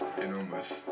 enormous